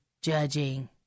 Judging